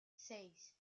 seis